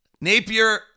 Napier